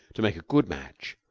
to make a good match,